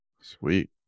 Sweet